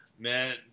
Man